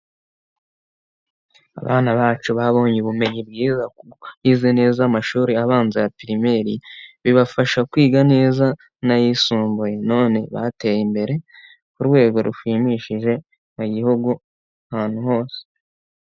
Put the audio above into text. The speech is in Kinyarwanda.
Abana bacu babonye ubumenyi bwiza, bize neza amashuri abanza ya pirimeri, bibafasha kwiga neza n'ayisumbuye, none bateye imbere, ku rwego rushimishije mu gihugu, ahantu hose.